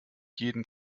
jeden